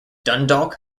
dundalk